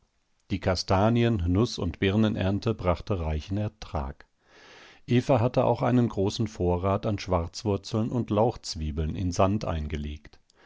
die kastanien nuß und birnenernte brachte reichen ertrag eva hatte auch einen großen vorrat an schwarzwurzeln und lauchzwiebeln in sand eingelegt